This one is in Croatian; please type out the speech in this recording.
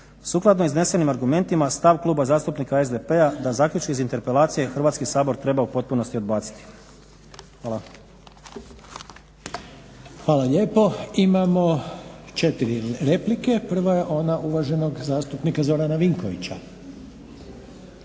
Sukladno iznesenim argumentima stav kluba zastupnika SDP-a na zaključke iz interpelacije Hrvatski sabor treba u potpunosti odbaciti. Hvala. **Reiner, Željko (HDZ)** Hvala lijepo. Imamo četiri replike. Prva je ona poštovanog zastupnika Zorana Vinkovića.